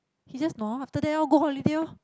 he just no after that loh go holiday lor